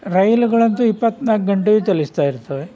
ರೈಲುಗಳಂತೂ ಇಪ್ಪತ್ತ್ನಾಲ್ಕು ಗಂಟೆಯೂ ಚಲಿಸ್ತಾ ಇರ್ತವೆ